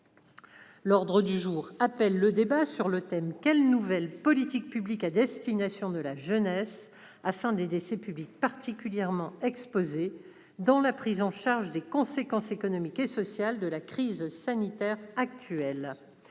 avons terminé avec le débat sur le thème :« Quelles nouvelles politiques publiques à destination de la jeunesse afin d'aider ces publics particulièrement exposés dans la prise en charge des conséquences économiques et sociales de la crise sanitaire ?»